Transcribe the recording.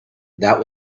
that